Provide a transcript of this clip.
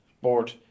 Board